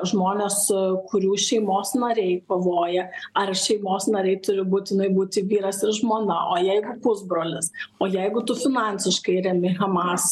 žmonės kurių šeimos nariai kovoja ar šeimos nariai turi būtinai būti vyras ir žmona o jeigu pusbrolis o jeigu tu finansiškai remi hamas